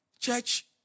Church